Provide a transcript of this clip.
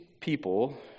people